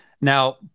now